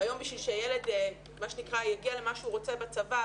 והיום כדי שילד יגיע למה שהוא רוצה בצבא,